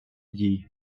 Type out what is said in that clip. дій